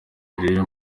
nirere